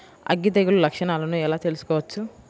అగ్గి తెగులు లక్షణాలను ఎలా తెలుసుకోవచ్చు?